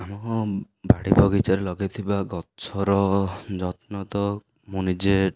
ମଁ ବାଡ଼ି ବଗିଚାରେ ଲଗେଇଥିବା ଗଛର ଯତ୍ନ ତ ମୁଁ ନିଜେ